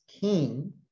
king